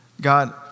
God